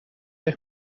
eich